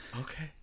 Okay